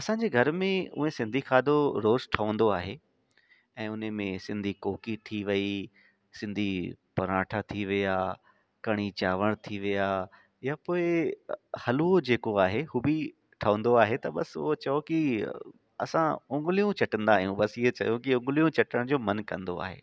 असांजे घर में ऊअं सिंधी खाधो रोज़ु ठहंदो आहे ऐं उनमें सिंधी कोकी थी वई सिंधी पराठा थी विया कढ़ी चांवर थी विया या कोई हलुओ जेको आहे हू बि ठहंदो आहे त बसि उहो चओ कि असां उंगलियूं चटंदा आहियूं बसि इहो चयो कि उंगलियूं चटण जो मन कंदो आहे